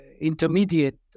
intermediate